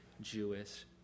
Jewish